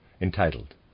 entitled